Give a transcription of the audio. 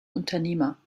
unternehmer